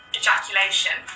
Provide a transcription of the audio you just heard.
ejaculation